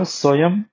soyam